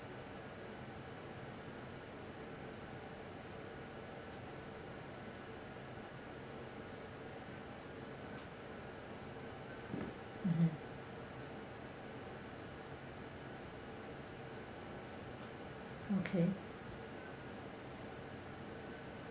mmhmm okay